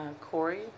Corey